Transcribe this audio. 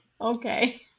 okay